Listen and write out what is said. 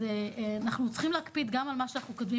אנחנו צריכים להקפיד על מה שאנחנו כותבים